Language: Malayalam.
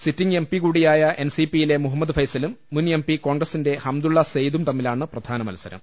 സിറ്റിംഗ് എം പി കൂടിയായ എൻ സി പിയിലെ മുഹമ്മദ് ഫൈസലും മുൻ എം പി കോൺഗ്രസിന്റെ ഹംദുള്ള സെയ്ദും തമ്മിലാണ് പ്രധാനമത്സരം